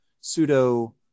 pseudo